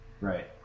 Right